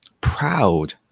proud